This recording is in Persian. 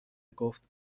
گفت